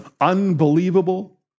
unbelievable